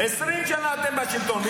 20 שנה אתם בשלטון.